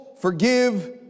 forgive